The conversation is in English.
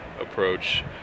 approach